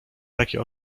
takie